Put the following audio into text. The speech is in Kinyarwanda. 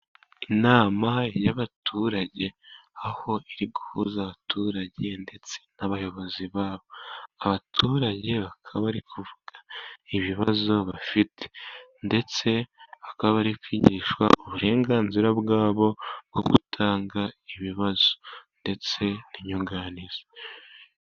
Inama y'abaturage, aho iri guhuza abaturage ndetse n'abayobozi babo, abaturage bakaba bari kuvuga ibibazo, bafite ndetse bakaba bari kwigishwa uburenganzira bwabo, bwo gutanga ibibazo ndetse n'inyunganizi.